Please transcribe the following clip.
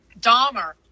Dahmer